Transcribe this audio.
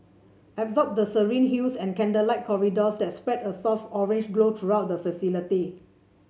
absorb the serene hues and candlelit corridors that spread a soft orange glow throughout the facility